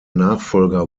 nachfolger